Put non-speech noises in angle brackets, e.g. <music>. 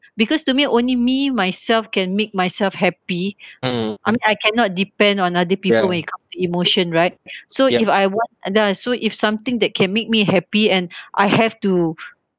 because to me only me myself can make myself happy I mean I cannot depend on other people when it comes to emotion right so if I want and then so if something that can make me happy and I have to <breath>